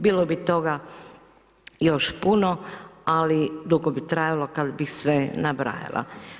Bilo bi toga još puno ali dugo bi trajalo kada bih sve nabrajala.